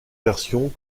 versions